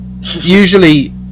usually